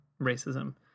racism